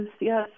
yes